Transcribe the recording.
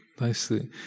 nicely